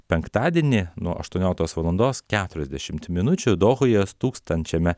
penktadienį nuo aštuonioliktos valandos keturiasdešimt minučių dohoje stūksančiame